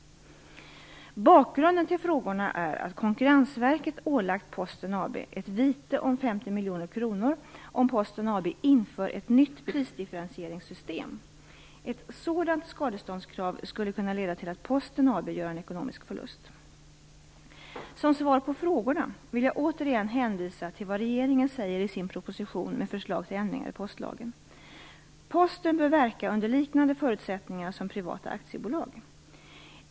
Bakgrunden till frågorna är att Konkurrensverket ålagt Posten AB ett vite om 50 miljoner kronor om Ett sådant skadeståndskrav skulle kunna leda till att Posten AB gör en ekonomisk förlust. Som svar på frågorna vill jag återigen hänvisa till vad regeringen säger i sin proposition med förslag till ändringar i postlagen. Posten bör verka under liknande förutsättningar som privata aktiebolag.